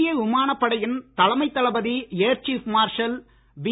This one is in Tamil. இந்திய விமானப் படையின் தலைமை தளபதி ஏர் சீப் மார்ஷல் பி